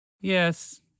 Yes